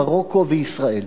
מרוקו וישראל,